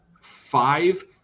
five